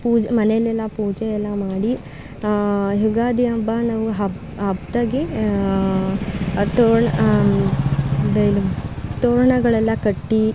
ಪೂಜೆ ಮನೇಲೆಲ್ಲಾ ಪೂಜೆ ಎಲ್ಲ ಮಾಡಿ ಯುಗಾದಿ ಹಬ್ಬ ನಾವು ಹಬ್ದಾಗೆ ಅದು ತೋರಣ ಇದು ತೋರಣಗಳೆಲ್ಲ ಕಟ್ಟಿ